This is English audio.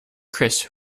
chris